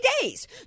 days